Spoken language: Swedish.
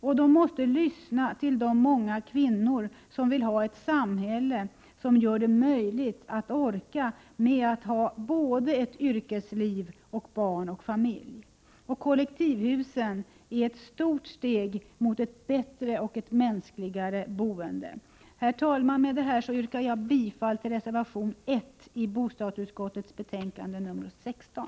Och de måste lyssna till de många kvinnor som vill ha ett samhälle som gör det möjligt att orka med att ha både ett yrkesliv och barn och familj. Kollektivhusen är ett stort steg mot ett bättre och mänskligare boende. Herr talman! Med detta yrkar jag bifall till reservation 1 till bostadsutskottets betänkande nr 16.